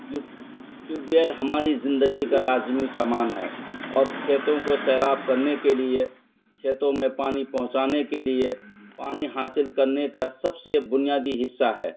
یہ tube well ہماری زندگی کا لازمی سامان ہے اور کھیتوں کو سیراب کرنے کے لیے کھیتوں میں پانی پہنچانے کے لیے پانی حاصل کرنے کا سب سے بنیادی حصہ ہے